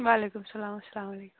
وَعلیکُم اَسلام اَسلامُ علیکُم